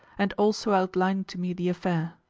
and also outline to me the affair.